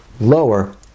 lower